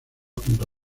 junto